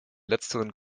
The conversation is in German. letzteren